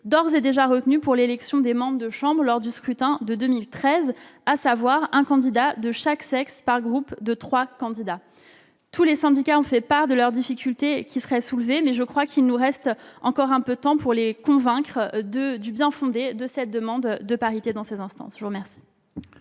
d'ores et déjà retenue pour l'élection des membres de chambre lors du scrutin de 2013, à savoir un candidat de chaque sexe par groupe de trois candidats. Tous les syndicats ont fait part de leurs difficultés. Toutefois, il nous reste encore un peu de temps pour les convaincre du bien-fondé d'une telle demande de parité dans ces instances. La parole